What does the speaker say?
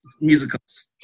musicals